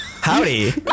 howdy